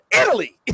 italy